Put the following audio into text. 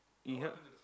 yep